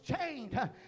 chained